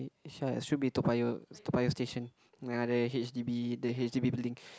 eh Sha should be Toa-Payoh Toa-Payoh station yang ada H_D_B the H_D_B building